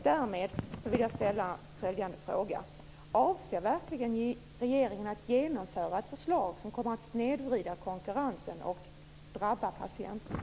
Därmed vill jag ställa följande fråga: Avser verkligen regeringen att genomföra ett förslag som kommer att snedvrida konkurrensen och drabba patienterna?